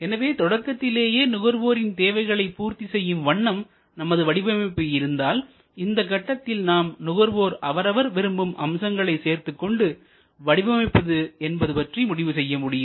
எனவே தொடக்கத்திலேயே நுகர்வோரின் தேவையை பூர்த்தி செய்யும் வண்ணம் நமது வடிவமைப்பு இருந்தால் இந்தக் கட்டத்தில் நாம் நுகர்வோர் அவரவர் விரும்பும் அம்சங்களை சேர்த்துக்கொண்டு வடிவமைப்பது என்பது பற்றி முடிவு செய்ய முடியும்